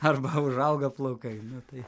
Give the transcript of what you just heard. arba užauga plaukai nu tai